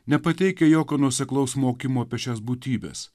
nepateikia jokio nuoseklaus mokymo apie šias būtybes